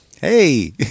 Hey